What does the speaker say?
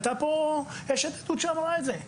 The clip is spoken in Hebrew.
הייתה כאן אשת עדות שאמרה את זה.